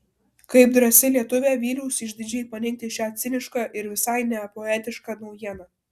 kaip drąsi lietuvė vyliausi išdidžiai paneigti šią cinišką ir visai nepoetišką naujieną